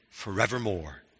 forevermore